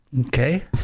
Okay